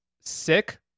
sick